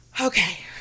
okay